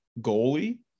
goalie